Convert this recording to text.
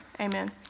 amen